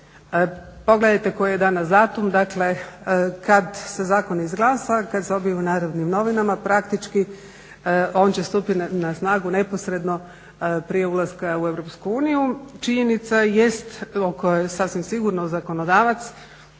Pogledajte koji je danas datum, dakle, kada se Zakon izglasa, kada se objavi u Narodnim novinama, praktički on će stupiti na snagu neposredno prije ulaska u Europsku uniju. Činjenica jest o kojoj sasvim sigurno zakonodavac